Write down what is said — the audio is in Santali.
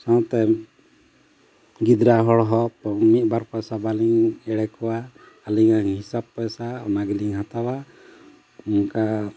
ᱥᱟᱶᱛᱮ ᱜᱤᱫᱽᱨᱟᱹ ᱦᱚᱲ ᱦᱚᱸ ᱢᱤᱫ ᱵᱟᱨ ᱯᱚᱭᱥᱟ ᱵᱟᱹᱞᱤᱧ ᱮᱲᱮ ᱠᱚᱣᱟ ᱟᱹᱞᱤᱧᱟᱜ ᱦᱤᱥᱟᱹᱵ ᱯᱚᱭᱥᱟ ᱚᱱᱟ ᱜᱮᱞᱤᱧ ᱦᱟᱛᱟᱣᱟ ᱚᱱᱠᱟ